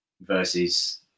versus